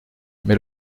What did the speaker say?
mais